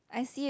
I see it